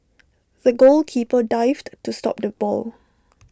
the goalkeeper dived to stop the ball